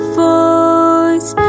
voice